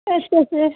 ਅੱਛਿਆ ਸਰ